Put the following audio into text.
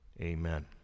Amen